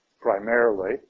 primarily